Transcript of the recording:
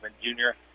junior